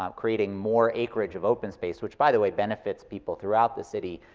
um creating more acreage of open space, which by the way benefits people throughout the city,